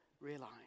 realize